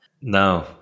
No